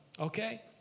okay